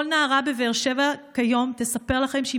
כל נערה בבאר שבע כיום תספר לכם שהיא